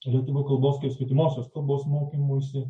lietuvių kalbos svetimosios kalbos mokymuisi